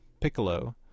piccolo